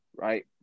right